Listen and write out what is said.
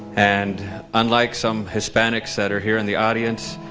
and unlike some hispanics that are here in the audience,